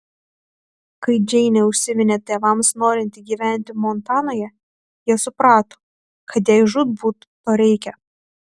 kai džeinė užsiminė tėvams norinti gyventi montanoje jie suprato kad jai žūtbūt to reikia